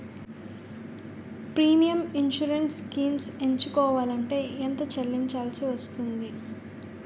Premium insurance schemes ఎంచుకోవలంటే ఎంత చల్లించాల్సివస్తుంది??